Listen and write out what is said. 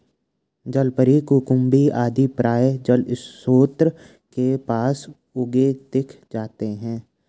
जलपरी, कुकुम्भी आदि प्रायः जलस्रोतों के पास उगे दिख जाते हैं